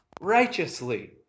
righteously